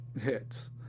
hits